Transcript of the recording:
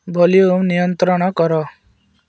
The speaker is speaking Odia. ଭଲ୍ୟୁମ୍ ନିୟନ୍ତ୍ରଣ କର